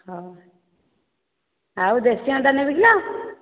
ହେଉ ଆଉ ଦେଶୀ ଅଣ୍ଡା ନେବି କିଲୋ